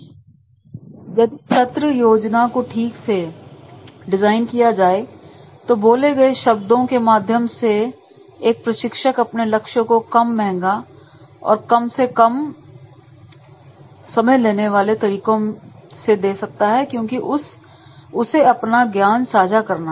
इसलिए यदि सत्र योजना को ठीक से डिजाइन किया जाए तो बोले गए शब्दों के माध्यम से एक प्रशिक्षक अपने लक्ष्य को कम महंगा और कम से कम समय लेने वाले तरीकों से दे सकता है क्योंकि उसे अपना ज्ञान साझा करना है